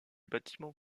bâtiment